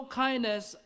kindness